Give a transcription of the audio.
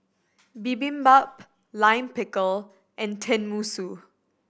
Bibimbap Lime Pickle and Tenmusu